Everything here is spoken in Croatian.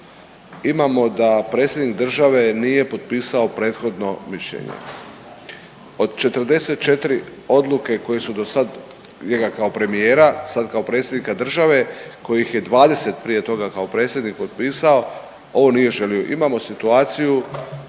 imamo da predsjednik države nije potpisao prethodno mišljenje. Od 44 odluke koje su do sad njega kao premijera, sad kao predsjednika države kojih je 20 prije toga kao predsjednik potpisao ovo nije želio. Imamo situaciju